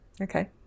Okay